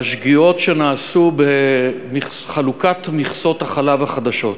לשגיאות שנעשו בחלוקת מכסות החלב החדשות,